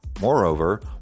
Moreover